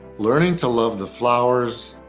learning to love the flowers,